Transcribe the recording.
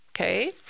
okay